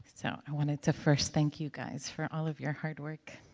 so i wanted to first thank you guys for all of your hard work.